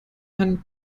hand